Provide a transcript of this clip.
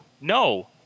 no